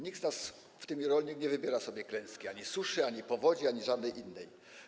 Nikt z nas, w tym rolnik, nie wybiera sobie klęski: ani suszy, ani powodzi, ani żadnej innej.